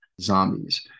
zombies